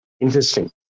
interesting